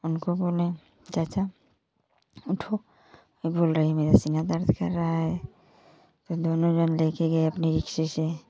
उनको बोले चाचा उठो ये बोल रही मेरा सीना दर्द कर रहा है फिर दोनों जन लेके गए अपने रिक्शे से